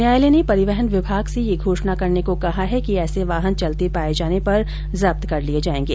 न्यायालय ने परिवहन विभाग से ये घोषणा करने को कहा है कि ऐसे वाहन चलते पाये जाने पर जब्त कर लिये जायेंगे